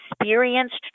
experienced